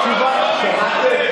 התשובה היא, שמעתם?